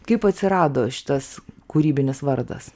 kaip atsirado šitas kūrybinis vardas